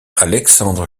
alexandre